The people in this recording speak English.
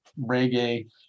reggae